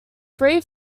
free